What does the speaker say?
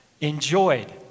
enjoyed